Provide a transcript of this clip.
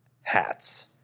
hats